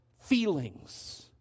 feelings